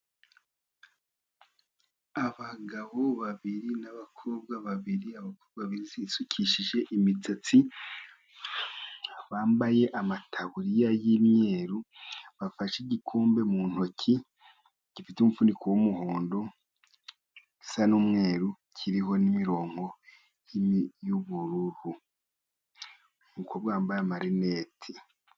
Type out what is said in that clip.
Abagabo babiri n'abakobwa babiri, abakobwa bisukishije imisatsi, bambaye amataburiya y'imyeru, bafashe igikombe mu ntoki gifite umufuniko w'umuhondo, gisa n'umweru, kiriho n'imirongo y'ubururu. Umukobwa wambaye amarineti.